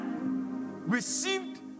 received